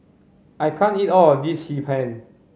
I can't eat all of this Hee Pan